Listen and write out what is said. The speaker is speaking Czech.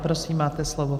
Prosím, máte slovo.